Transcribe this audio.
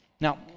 Now